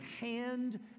hand